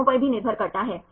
इसलिए यह निर्भर करता है